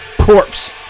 corpse